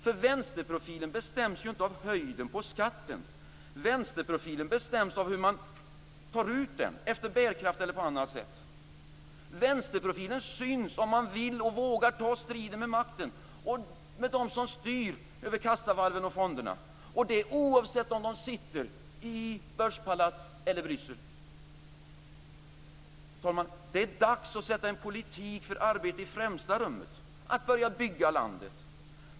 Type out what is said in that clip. För vänsterprofilen bestäms inte av höjden på skatten. Den bestäms av hur man tar ut den - efter bärkraft eller på annat sätt. Vänsterprofilen syns om man vill och vågar ta striden med makten, med dem som styr över kassavalven och fonderna, och det oavsett om de sitter i börspalats eller Bryssel. Herr talman! Det är dags att sätta en politik för arbete i främsta rummet, att börja bygga landet.